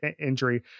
injury